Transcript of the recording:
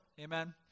amen